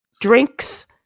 drinks